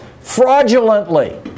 fraudulently